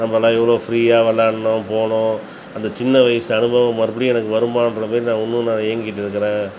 நம்மனா எவ்வளோ ஃப்ரீயாக விளாண்னோம் போனோம் அந்த சின்ன வயசு அனுபவம் மறுபடியும் எனக்கு வருமான்றமாரி நான் இன்னும் நான் அதை ஏங்கிட்டுருக்கிறேன்